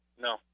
No